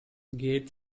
gate